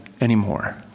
anymore